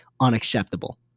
unacceptable